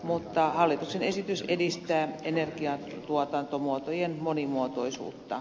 mutta hallituksen esitys edistää energiantuotantomuotojen monimuotoisuutta